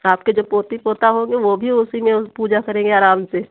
आपकी जब पोती पोता होंगे वो भी उसमें पूजा करेंगे आराम से